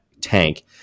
tank